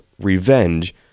Revenge